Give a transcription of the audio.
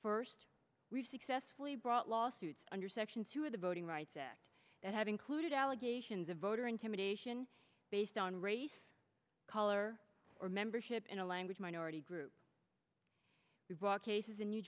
first we've successfully brought lawsuits under section two of the voting rights act that have included allegations of voter intimidation based on race color or membership in a language minority group who brought cases in new